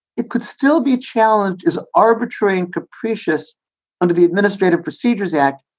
it could still be challenged, is arbitrary and capricious under the administrative procedures act.